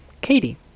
Katie